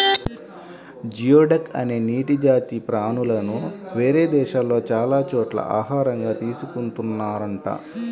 geoduck అనే నీటి జాతి ప్రాణులను వేరే దేశాల్లో చాలా చోట్ల ఆహారంగా తీసుకున్తున్నారంట